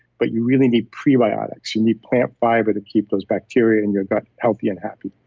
but you really need prebiotics. you need plant fiber to keep those bacteria in your gut healthy and happy.